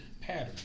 pattern